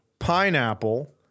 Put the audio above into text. pineapple